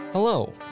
Hello